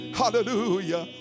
hallelujah